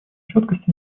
четкость